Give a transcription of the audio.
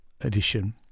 edition